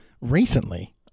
recently